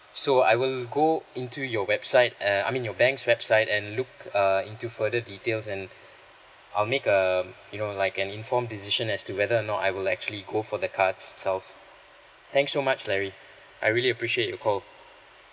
so I will go into your website uh I mean your bank's website and look uh into further details and I'll make um you know like an informed decision as to whether or not I will actually go for the cards itself thanks so much larry I really appreciate your call